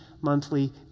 monthly